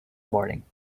morning